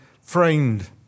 framed